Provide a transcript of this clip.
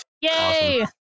Yay